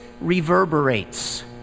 reverberates